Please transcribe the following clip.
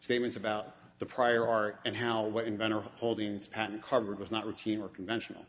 statements about the prior art and how what inventor holdings patent covered was not routine or conventional